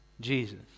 Jesus